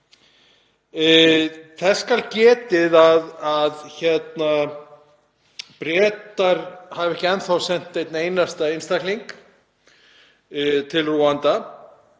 Þess skal geta að Bretar hafa ekki enn sent einn einasta einstakling til Rúanda,